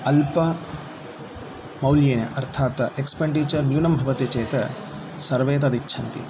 अल्पमौल्येन अर्थात् एक्स्पेण्डिचर् न्यूनं भवति चेत् सर्वे तदिच्छन्ति